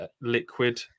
liquid